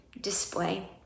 display